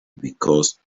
because